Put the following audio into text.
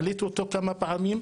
העליתי אותו כמה פעמים,